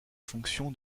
fonction